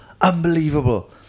Unbelievable